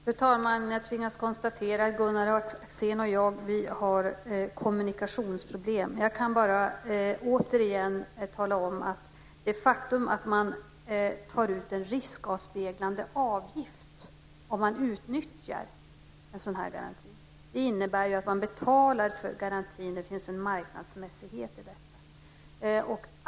Fru talman! Jag tvingas konstatera att Gunnar Axén och jag har kommunikationsproblem. Jag kan bara återigen tala om att det faktum att man tar ut en riskavspeglande avgift om man utnyttjar en sådan här garanti innebär att man betalar för garantin och att det finns en marknadsmässighet i det hela.